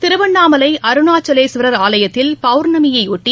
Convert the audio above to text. திருவண்ணாமலை அருணாச்சலேஸ்வரர் ஆலயத்தில் பௌர்ணமியை ஒட்டி